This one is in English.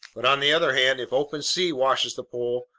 but on the other hand, if open sea washes the pole,